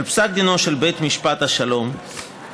על פסק דינו של בית משפט השלום בעתירה